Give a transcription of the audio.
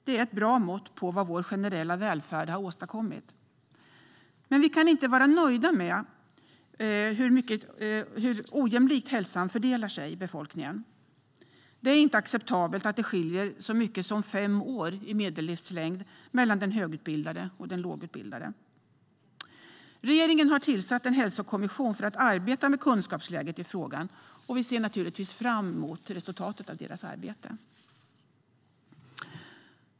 Det är ett bra mått på vad vår generella välfärd har åstadkommit. Men vi kan inte vara nöjda med hur ojämlikt hälsan fördelar sig i befolkningen. Det är inte acceptabelt att det skiljer så mycket som fem år i medellivslängd mellan den högutbildade och den lågutbildade. Regeringen har tillsatt en hälsokommission för att arbeta med kunskapsläget i frågan. Vi ser naturligtvis fram emot resultatet av deras arbete.